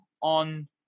on